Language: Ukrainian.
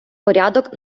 порядок